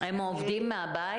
הם עובדים מהבית?